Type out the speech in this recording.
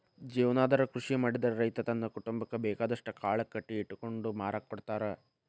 ಜೇವನಾಧಾರ ಕೃಷಿ ಮಾಡಿದ್ರ ರೈತ ತನ್ನ ಕುಟುಂಬಕ್ಕ ಬೇಕಾದಷ್ಟ್ ಕಾಳು ಕಡಿ ಇಟ್ಕೊಂಡು ಮಾರಾಕ ಕೊಡ್ತಾರ